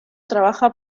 trabaja